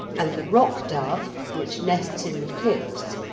and the rock-dove, which nests in the cliffs,